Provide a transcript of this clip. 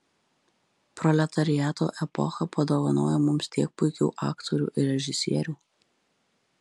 proletariato epocha padovanojo mums tiek puikių aktorių ir režisierių